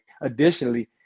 additionally